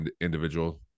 individual